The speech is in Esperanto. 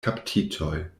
kaptitoj